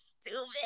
stupid